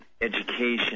education